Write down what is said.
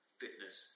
fitness